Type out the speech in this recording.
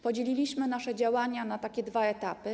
Podzieliliśmy nasze działania na dwa etapy.